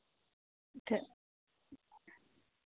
थ